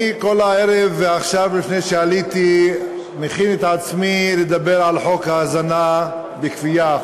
אני כל הערב ועכשיו לפני שעליתי מכין את עצמי לדבר על חוק ההזנה בכפייה,